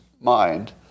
mind